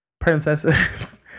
princesses